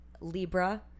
Libra